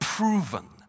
proven